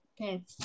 Okay